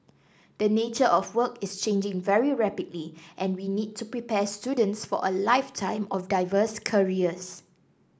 the nature of work is changing very rapidly and we need to prepare students for a lifetime of diverse careers